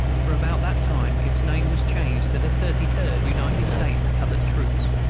for about that time its name was changed to the thirty-third united states colored troops,